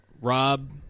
Rob